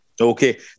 Okay